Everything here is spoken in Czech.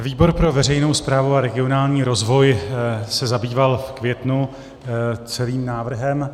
Výbor pro veřejnou správu a regionální rozvoj se zabýval v květnu celým návrhem.